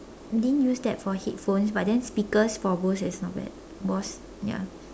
didn't use that for headphones but then speakers for bose is not bad bose ya